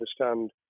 understand